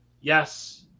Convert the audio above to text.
Yes